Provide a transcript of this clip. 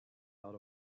out